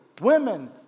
women